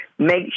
Make